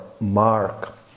Mark